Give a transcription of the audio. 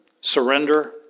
surrender